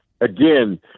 Again